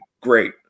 great